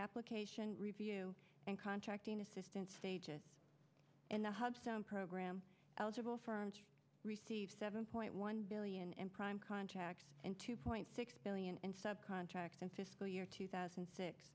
application review and contracting assistance stages in the hub some program eligible firms receive seven point one billion in prime contracts and two point six billion end sub contracts in fiscal year two thousand